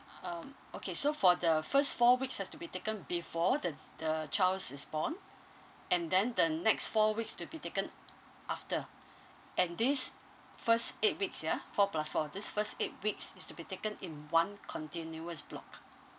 uh um okay so for the first four weeks has to be taken before the the childs is born and then the next four weeks to be taken after and these first eight weeks yeah four plus four these first eight weeks is to be taken in one continuous block